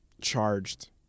charged